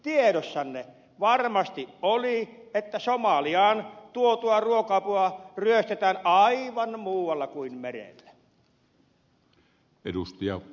tiedossanne varmasti oli että somaliaan tuotua ruoka apua ryöstetään aivan muualla kuin merellä